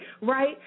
right